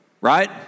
Right